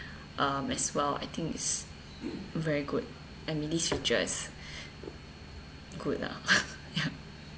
um as well I think it's very good I mean these features good lah ya